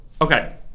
Okay